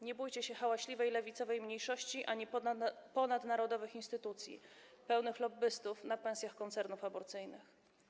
Nie bójcie się hałaśliwej lewicowej mniejszości ani ponadnarodowych instytucji pełnych lobbystów na pensjach koncernów aborcyjnych.